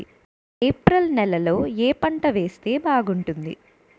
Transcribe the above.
April నెలలో ఏ పంట వేస్తే బాగుంటుంది?